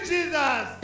Jesus